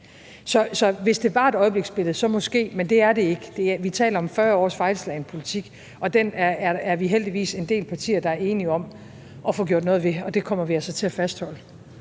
Så hvis det var et øjebliksbillede, så måske ja, men det er det ikke – vi taler om 40 års fejlslagen politik, og den er vi heldigvis en del partier der er enige om at få gjort noget ved, og det kommer vi altså til at fastholde.